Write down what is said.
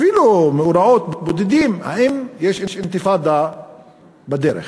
אפילו במאורעות בודדים: האם יש אינתיפאדה בדרך?